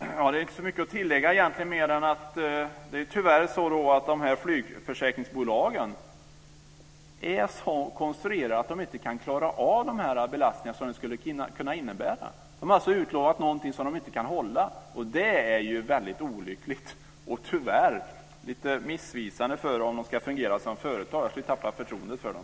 Fru talman! Det är egentligen inte så mycket att tillägga mer än att det tyvärr är så att flygförsäkringsbolagen är så konstruerade att de inte kan klara av den här typen av belastningar som kan uppstå. De har alltså utlovat någonting som de inte kan hålla. Det är ju väldigt olyckligt och tyvärr lite missvisande om de ska fungera som företag. Jag skulle tappa förtroendet för dem.